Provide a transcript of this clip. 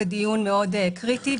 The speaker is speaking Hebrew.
זה דיון מאוד קריטי.